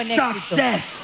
success